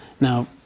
Now